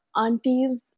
aunties